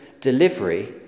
delivery